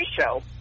show